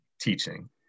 teaching